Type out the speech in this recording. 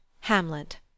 Hamlet